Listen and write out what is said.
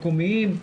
מקומיים,